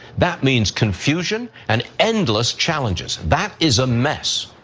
that means confusion, and endless challenges, that is a mess.